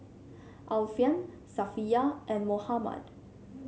Alfian Safiya and Muhammad